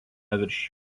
virš